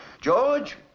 George